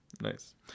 nice